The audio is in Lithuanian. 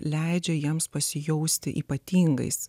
leidžia jiems pasijausti ypatingais